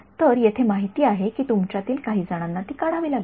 तर येथे माहिती आहे की तुमच्यातील काहीजणांना ती काढावी लागेल